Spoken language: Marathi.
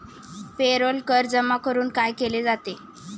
पेरोल कर जमा करून काय केले जाते?